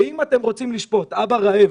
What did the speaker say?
ואם אתם רוצים לשפוט אבא רעב